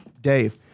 Dave